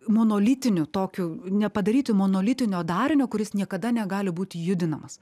monolitiniu tokių nepadaryti monolitinio darinio kuris niekada negali būti judinamas